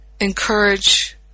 encourage